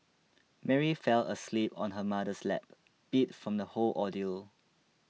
Mary fell asleep on her mother's lap beat from the whole ordeal